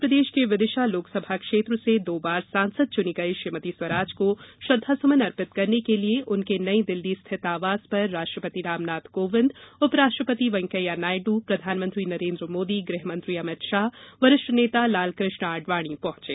मध्यप्रदेश के विदिशा लोकसभा क्षेत्र से दो बार सांसद चुनी गई श्रीमति सुषमा स्वराज को श्रद्वासुमन अर्पित करने के लिये उनके नई दिल्ली स्थित आवास पर राष्ट्रपति रामनाथ कोविंद उप राष्ट्रपति वैंकैया नायडू प्रधानमंत्री नरेन्द्र मोदी गृहमंत्री अमित शाह वरिष्ठ नेता लालकृष्ण आडवाणी पहुंचे